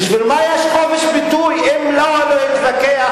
בשביל מה יש חופש ביטוי אם לא בשביל להתווכח?